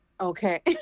Okay